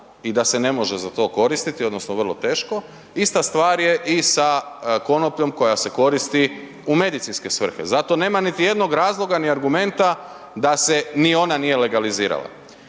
i da se ne može za to koristiti odnosno vrlo teško, ista stvar je i sa konopljom koja se koristi u medicinske svrhe, zato nema niti jednog razloga, ni argumenta da se ni ona nije legalizirala.